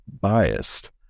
biased